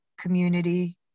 community